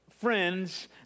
friends